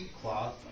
cloth